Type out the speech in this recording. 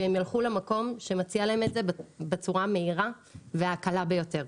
והם יילכו למקום שמציע להם את זה בצורה המהירה והקלה ביותר,